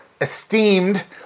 esteemed